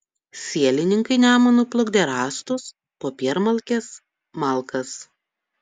sielininkai nemunu plukdė rąstus popiermalkes malkas